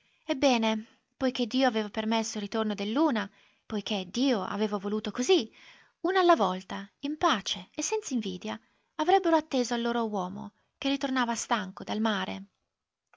ebbene poiché dio aveva permesso il ritorno dell'una poiché dio aveva voluto così una alla volta in pace e senz'invidia avrebbero atteso al loro uomo che ritornava stanco dal mare